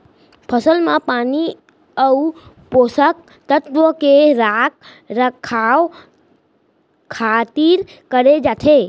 फसल म पानी अउ पोसक तत्व के रख रखाव खातिर करे जाथे